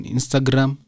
Instagram